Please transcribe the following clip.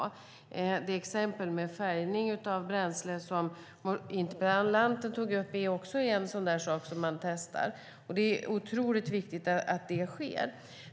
Det exempel med färgning av bränsle som interpellanten tog upp är också en sak man testar. Det är otroligt viktigt att det sker.